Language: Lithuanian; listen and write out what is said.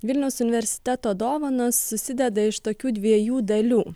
vilniaus universiteto dovanos susideda iš tokių dviejų dalių